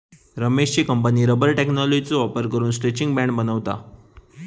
रमेशची company rubber टेक्नॉलॉजीचो वापर करून स्ट्रैचिंग बँड बनवता